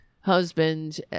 husband